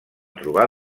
trobar